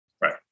Right